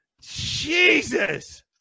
Jesus